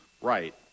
right